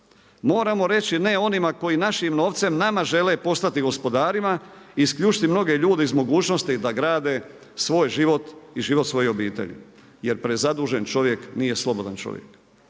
Moramo reći ne onima koji našim novcem nama žele postati gospodarima i isključiti mnoge ljude iz mogućnosti da grade svoj život i život svojih obitelji, jer prezadužen čovjek nije slobodan čovjek.